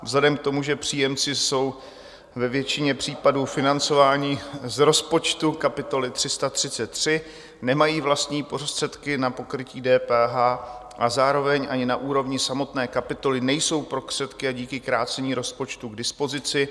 Vzhledem k tomu, že příjemci jsou ve většině případů financováni z rozpočtu kapitoly 333, nemají vlastní prostředky na pokrytí DPH a zároveň ani na úrovni samotné kapitoly nejsou prostředky díky krácení rozpočtu k dispozici.